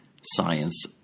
science